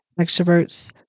extroverts